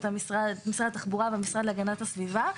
אני מלווה את משרד התחבורה והמשרד להגנת הסביבה.